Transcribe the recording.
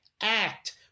act